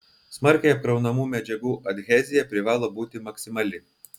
smarkiai apkraunamų medžiagų adhezija privalo būti maksimali